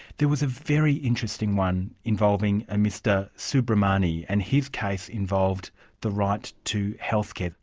there was a very interesting one involving a mr soobramoney, and his case involved the right to healthcare.